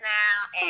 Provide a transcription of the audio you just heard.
now